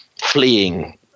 fleeing